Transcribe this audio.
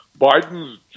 Biden's